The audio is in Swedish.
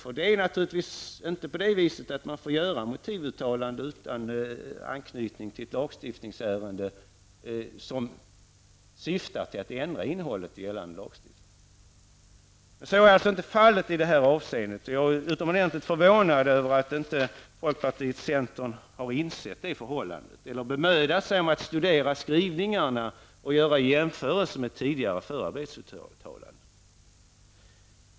Man får naturligtvis inte göra motivuttalanden utan anknytning till ett lagstiftningsärende som syftar till att ändra innehållet i gällande lagstiftning. Så är inte fallet i det här avseendet. Jag är utomordentligt förvånad över att folkpartiet och centern inte har insett det förhållandet eller bemödat sig om att studera skrivningarna och göra jämförelser med tidigare förarbetsuttalanden.